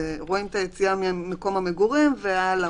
רואים את היציאה ממקום המגורים והלאה,